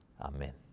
Amen